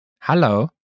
Hello